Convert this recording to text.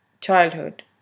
childhood